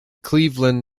cleveland